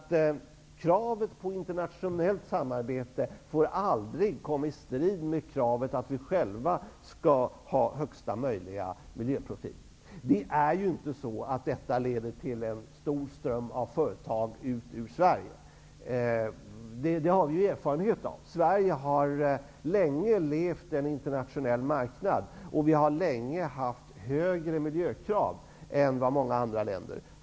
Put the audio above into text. Kravet på internationellt samarbete får aldrig komma i strid med kravet att vi själva skall ha högsta möjliga miljöprofil. Det leder inte till att en stor ström av företag går ut ur Sverige. Det har vi erfarenhet av. Sverige har länge levt i en internationell marknad, och vi har länge haft högre miljökrav än många andra länder.